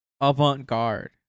avant-garde